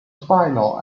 final